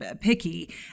picky